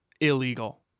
illegal